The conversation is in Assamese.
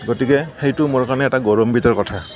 গতিকে সেইটো মোৰ কাৰণে এটা গৌৰৱান্বিত কথা